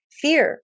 Fear